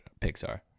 Pixar